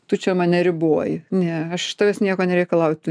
tu čia mane riboji ne aš iš tavęs nieko nereikalauju tu